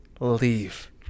Leave